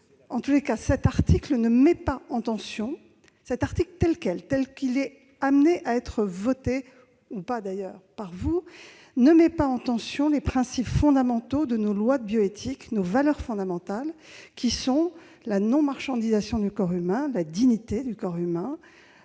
pourquoi. Cet article, tel qu'il doit être voté, ou pas d'ailleurs, ne met pas en tension des principes fondamentaux de nos lois de bioéthique, nos valeurs fondamentales, qui sont- je le répète -la non-marchandisation du corps humain, la dignité du corps humain